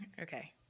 Okay